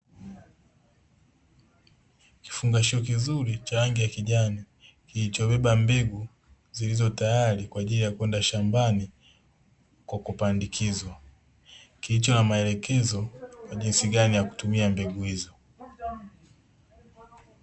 Kifungashio kizuri cha rangi ya kijani kilichobeba mbegu zilizo tayari kwa ajili ya kwenda shambani kwa kupandikizwa, kilicho na maelekezo jinsi gani ya kutumia mbegu hizo.